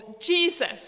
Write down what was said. Jesus